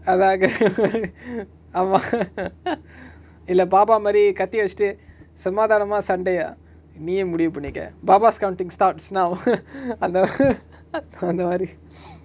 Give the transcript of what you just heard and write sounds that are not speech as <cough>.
அதாங்க:athaanga <laughs> ஆமா:aama <laughs> இல்ல:illa baabaa மாரி கத்திய வச்சிட்டு சமாதானமா சண்டயா நீயே முடிவு பண்ணிக்க:mari kathiya vachitu samaathaanamaa sandayaa neeye mudivu pannika baabaa's counting starts now <laughs> anth~ <laughs> அந்தமாரி:anthamari <breath>